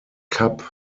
kap